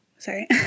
Sorry